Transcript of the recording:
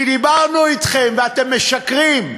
כי דיברנו אתכם, ואתם משקרים,